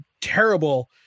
terrible